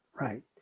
right